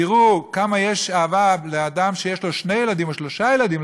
תראו כמה אהבה יש לאדם שיש לו שני ילדים או שלושה ילדים,